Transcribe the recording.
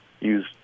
use